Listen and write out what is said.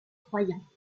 troyens